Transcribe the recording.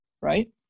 right